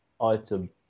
item